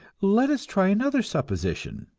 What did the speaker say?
let us try another supposition.